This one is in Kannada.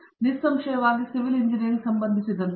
ಮತ್ತು ನಿಸ್ಸಂಶಯವಾಗಿ ಸಿವಿಲ್ ಎಂಜಿನಿಯರಿಂಗ್ ಸಂಬಂಧಿಸಿದಂತೆ